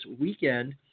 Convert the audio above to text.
weekend